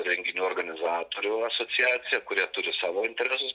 renginių organizatorių asociacija kurie turi savo interesus